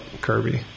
Kirby